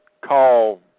Call